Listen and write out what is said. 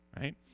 right